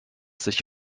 sich